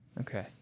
okay